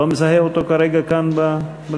אני לא מזהה אותו כרגע כאן במליאה.